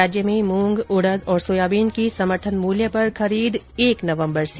राज्य में मूंग उड़द और सोयाबीन की समर्थन मूल्य पर खरीद एक नवम्बर से